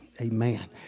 Amen